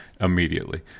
immediately